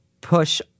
push